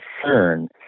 concern